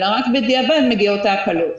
אלא רק בדיעבד מגיעות ההקלות.